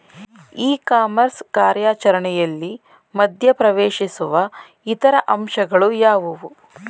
E commerce ಕಾರ್ಯಾಚರಣೆಯಲ್ಲಿ ಮಧ್ಯ ಪ್ರವೇಶಿಸುವ ಇತರ ಅಂಶಗಳು ಯಾವುವು?